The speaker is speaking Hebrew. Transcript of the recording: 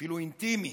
אפילו אינטימי,